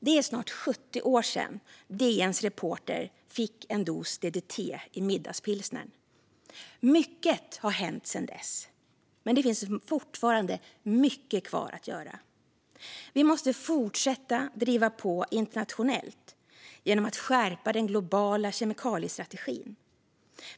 Det är snart 75 år sedan DN:s reporter fick en dos DDT i middagspilsnern. Mycket har hänt sedan dess. Men det finns fortfarande mycket kvar att göra. Vi måste fortsätta driva på internationellt genom att skärpa den globala kemikaliestrategin.